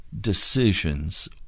decisions